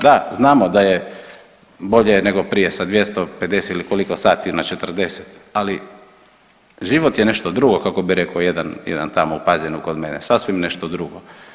Da, znamo da je bolje nego prije sa 250 ili koliko sati na 40, ali život je nešto drugo, kako bi rekao jedan, jedan tamo u Pazinu kod mene, sasvim nešto drugo.